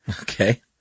Okay